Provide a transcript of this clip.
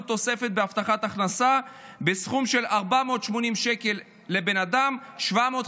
תוספת להבטחת הכנסה בסכום של 480 שקל לבן אדם ו-750